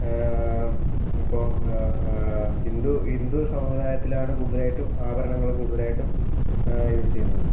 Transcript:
ഇപ്പം ഹിന്ദു ഹിന്ദു സമുദായത്തിലാണ് കൂടുതലായിട്ടും ആഭരണങ്ങൾ കൂടുതലായിട്ടും യൂസ് ചെയ്യുന്നത്